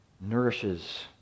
nourishes